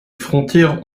frontières